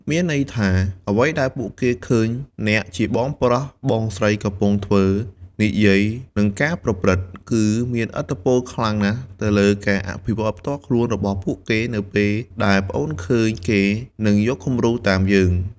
មានន័យថា អ្វីដែលពួកគេឃើញអ្នកជាបងប្រុសបងស្រីកំពុងធ្វើ និយាយ និងកាប្រព្រឹត្ត គឺមានឥទ្ធិពលខ្លាំងណាស់ទៅលើការអភិវឌ្ឍផ្ទាល់ខ្លួនរបស់ពួកគេនៅពេលដែលប្អូនឃើញគេនឹងយកគម្រូតាមយើង ។